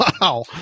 Wow